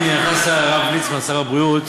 הנה, נכנס הרב ליצמן, שר הבריאות